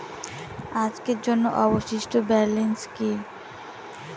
আজকের জন্য অবশিষ্ট ব্যালেন্স কি?